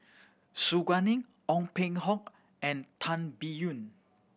Su Guaning Ong Peng Hock and Tan Biyun